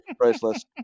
priceless